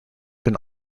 been